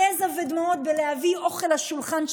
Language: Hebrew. יזע ודמעות בלהביא אוכל לשולחן,